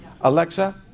Alexa